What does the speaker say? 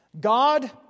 God